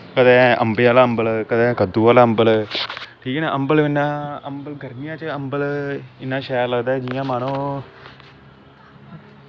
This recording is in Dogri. कदैं अम्बें आह्ला अम्बल कदैं कद्दू आह्ला अम्बल ठीक ऐ ना अम्बल कन्नै अम्बल गर्मियैं च अम्बल इन्ना शैल लगदा ऐ जियां मन्नो